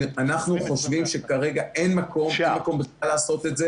אנחנו חושבים שכרגע אין מקום בכלל לעשות את זה.